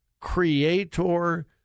creator